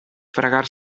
fregar